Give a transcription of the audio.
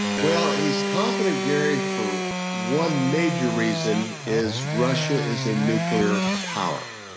well he's confident gary for one major reason, is russia is a nuclear power.